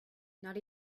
not